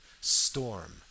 storm